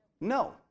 No